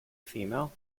female